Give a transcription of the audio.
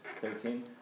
Thirteen